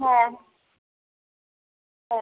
হ্যাঁ হ্যাঁ